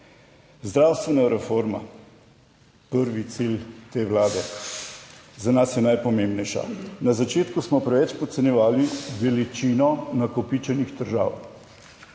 zdravstvena reforma, prvi cilj te vlade za nas je najpomembnejša. Na začetku smo preveč podcenjevali veličino nakopičenih težav,